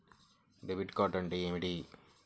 Debit card అంటే ఏమిటి?